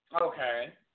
Okay